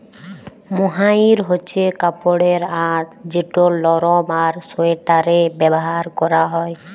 mohair হছে কাপড়ের আঁশ যেট লরম আর সোয়েটারে ব্যাভার ক্যরা হ্যয়